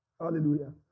Hallelujah